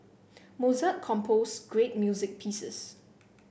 Mozart composed great music pieces